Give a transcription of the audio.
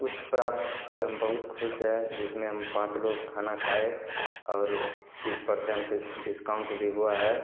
उस प्राप्त से हम बहुत खुश हैं जिसमें हम पाँच लोग खाना खाए और पच्चीस परसेंट डिस्काउन्ट भी हुआ है